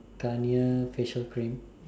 Garnier facial cream